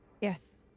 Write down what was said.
Yes